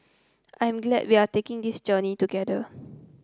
I'm glad we are taking this journey together